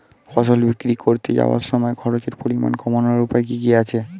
ফসল বিক্রি করতে যাওয়ার সময় খরচের পরিমাণ কমানোর উপায় কি কি আছে?